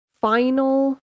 final